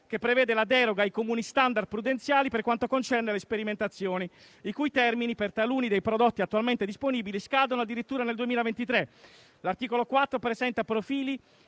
che prevede la deroga ai comuni standard prudenziali per quanto concerne le sperimentazioni, i cui termini - per taluni dei prodotti attualmente disponibili - scadono addirittura nel 2023. L'articolo 4 presenta profili